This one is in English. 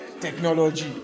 technology